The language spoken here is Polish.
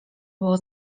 było